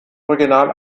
original